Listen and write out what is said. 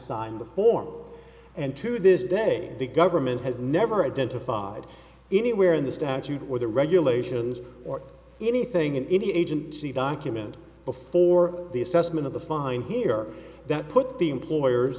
sign the form and to this day the government has never identified anywhere in the statute where the regulations or anything in any agency document before the assessment of the fine here that put the employers